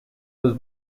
was